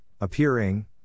appearing